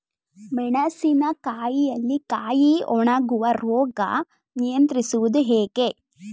ಮೆಣಸಿನ ಕಾಯಿಯಲ್ಲಿ ಕಾಯಿ ಒಣಗುವ ರೋಗ ನಿಯಂತ್ರಿಸುವುದು ಹೇಗೆ?